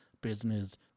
Business